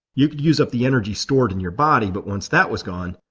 you could use up the energy stored in your body but once that was gone,